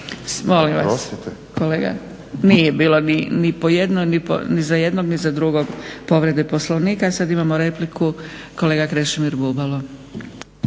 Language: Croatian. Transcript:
Molim vas, nije bilo ni za jednog ni za drugog poslovnika. Sad imamo repliku, kolega Krešimir Bubalo.